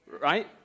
right